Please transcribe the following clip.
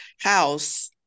house